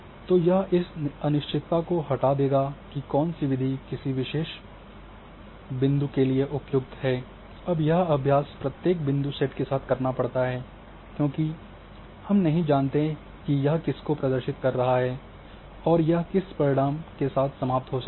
तो यह इस अनिश्चितता को हटा देगा कि कौन सी विधि किसी विशेष बिंदुओं के लिए उपयुक्त है अब यह अभ्यास प्रत्येक बिंदु सेट के साथ करना पड़ता है क्योंकि हम नहीं जानते कि यह किसको प्रदर्शित कर रहा है और यह किस परिणाम के साथ समाप्त हो सकता है